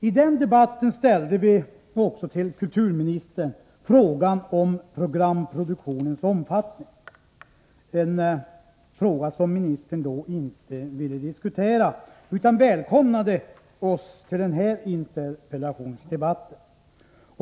I den debatten ställde vi också till kulturministern frågan om programproduktionens omfattning, en fråga som ministern då inte ville diskutera. Han välkomnade oss i stället till den här interpellationsdebatten.